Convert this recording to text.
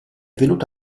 venuto